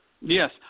Yes